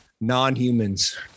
non-humans